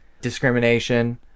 discrimination